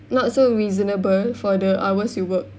not so reasonable for the hours you work